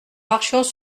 marchions